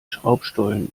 schraubstollen